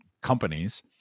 companies